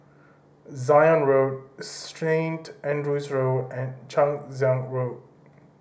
Zion Road Saint Andrew's Road and Chang Ziang Hotel